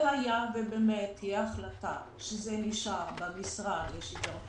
ואם תהיה החלטה שזה נשאר במשרד לשוויון חברתי,